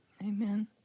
amen